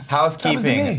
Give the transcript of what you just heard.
housekeeping